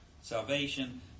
salvation